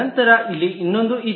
ನಂತರ ಇಲ್ಲಿ ಇನ್ನೊಂದು ಇದೆ